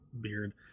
beard